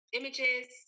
images